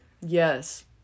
Yes